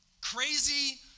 crazy